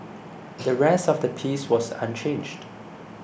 the rest of the piece was unchanged